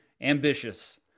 ambitious